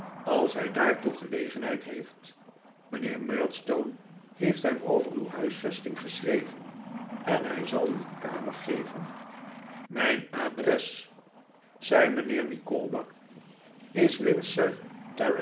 als hij daartoe gelegenheid heeft mijnheer murdstone heefthem over uw huisvesting geschreven en hij zal u een kamer geven mijn adres zei mijnheer micawber is